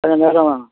கொஞ்ச நேரம்